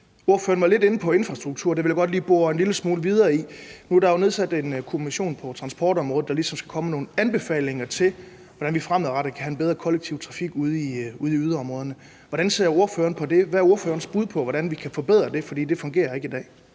Ordføreren var lidt inde på infrastruktur. Det vil jeg godt lige bore en lille smule videre i. Nu er der jo nedsat en kommission på transportområdet, der ligesom skal komme med nogle anbefalinger til, hvordan vi fremadrettet kan have en bedre kollektiv trafik ude i yderområderne. Hvordan ser ordføreren på det? Hvad er ordførerens bud på, hvordan vi kan forbedre det? For det fungerer ikke i dag.